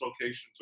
locations